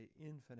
infinite